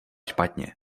špatně